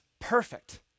perfect